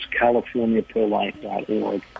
californiaprolife.org